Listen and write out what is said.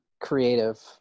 creative